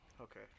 Okay